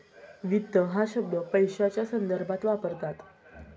वित्त हा शब्द पैशाच्या संदर्भात वापरतात